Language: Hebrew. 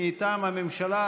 מטעם הממשלה,